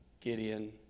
Gideon